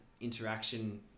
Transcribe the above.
interaction